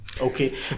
okay